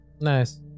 Nice